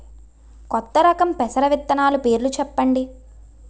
కొత్త రకం పెసర విత్తనాలు పేర్లు చెప్పండి?